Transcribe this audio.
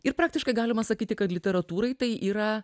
ir praktiškai galima sakyti kad literatūrai tai yra